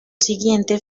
siguiente